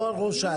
לא ראשת.